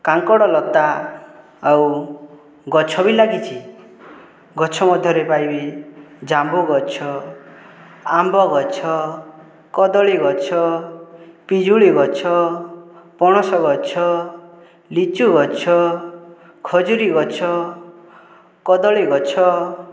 କାଙ୍କଡ଼ ଲତା ଆଉ ଗଛ ବି ଲାଗିଛି ଗଛ ମଧ୍ୟରେ ପାଇବେ ଜାମ୍ବୁଗଛ ଆମ୍ବଗଛ କଦଳୀଗଛ ପିଜୁଳିଗଛ ପଣସଗଛ ଲିଚୁଗଛ ଖଜୁରୀଗଛ କଦଳୀଗଛ